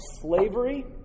slavery